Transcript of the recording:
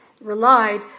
relied